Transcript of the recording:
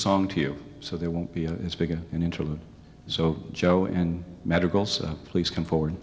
song to you so there won't be as big an interlude so joe and medical so please come forward